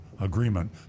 agreement